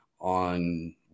on